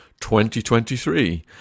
2023